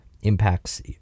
impacts